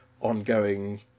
ongoing